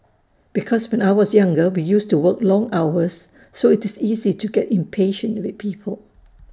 because when I was younger we used to work long hours so it's easy to get impatient with people